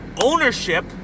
ownership